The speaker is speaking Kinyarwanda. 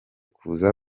kuza